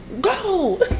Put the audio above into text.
Go